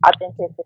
authenticity